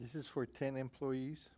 this is for ten employees